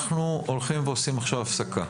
הולכים ועושים עכשיו הפסקה.